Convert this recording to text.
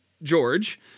George